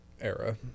era